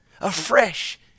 afresh